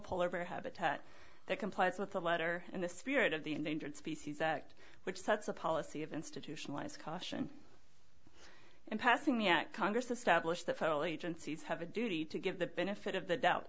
polar bear habitat that complies with the letter and the spirit of the endangered species act which sets a policy of institutionalized caution and passing me at congress established the federal agencies have a duty to give the benefit of the doubt